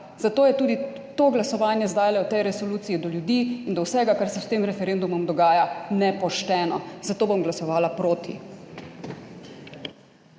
Zato je tudi to glasovanje zdaj v tej resoluciji do ljudi in do vsega, kar se s tem referendumom dogaja, nepošteno. Zato bom glasovala proti.